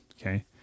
Okay